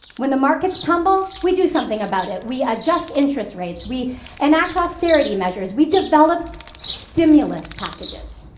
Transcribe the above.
when the markets tumble, we do something about it we adjust interest rates, we enact austerity measures, we develop stimulus packages.